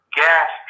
gas